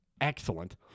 excellent